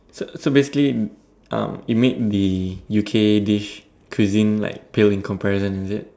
so so basically um it made the U_K dish cuisine like pale in comparison is it